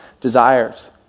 desires